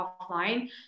offline